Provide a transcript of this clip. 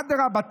אדרבה,